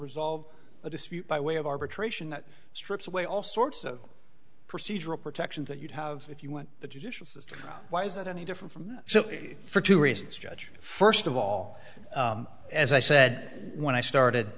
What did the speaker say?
resolve a dispute by way of arbitration that strips away all sorts of procedural protections that you'd have if you want the judicial system why is that any different from so for two reasons judge first of all as i said when i started